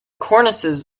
cornices